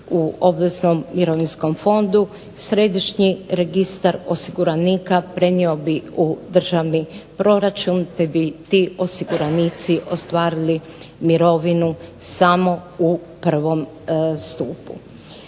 u obveznom mirovinskom fondu središnji registar osiguranika prenio bi u državni proračun te bi ti osiguranici ostvarili mirovinu samo u prvom stupu.